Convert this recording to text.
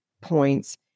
points